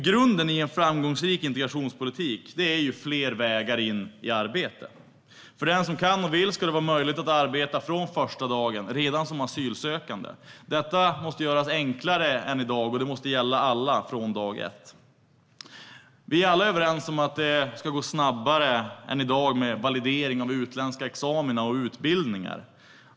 Grunden i en framgångsrik integrationspolitik är fler vägar in i arbete. För den som kan och vill ska det vara möjligt att arbeta från första dagen redan som asylsökande. Detta måste göras enklare än i dag, och det måste gälla alla från dag ett. Vi är alla överens om att det ska gå snabbare än i dag med validering av utländska examina och utbildningar.